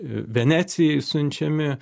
venecijai siunčiami